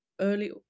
early